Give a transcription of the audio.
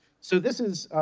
so this is,